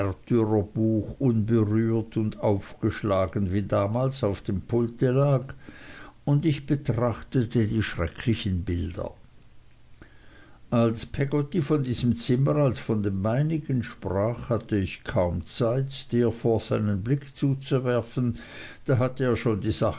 märtyrerbuch unberührt und aufgeschlagen wie damals auf dem pulte lag und ich betrachtete die schrecklichen bilder als peggotty von diesem zimmer als von dem meinigen sprach hatte ich kaum zeit steerforth einen blick zuzuwerfen da hatte er schon